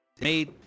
made